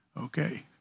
Okay